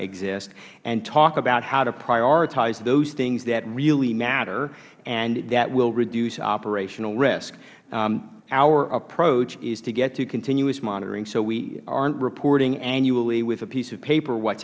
exist and talk about how to prioritize those things that really matter and that will reduce operational risk our approach is to get to continuous monitoring so we aren't reporting annually with a piece of paper what